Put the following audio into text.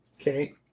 Okay